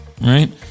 right